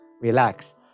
relax